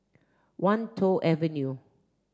Wan Tho Avenue